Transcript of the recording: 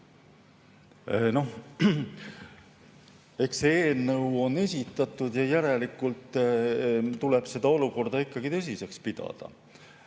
eelnõu on esitatud, järelikult tuleb seda olukorda tõsiseks pidada.